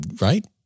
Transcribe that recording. Right